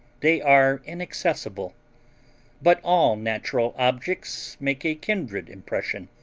they are inaccessible but all natural objects make a kindred impression,